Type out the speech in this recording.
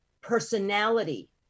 personality